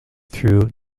through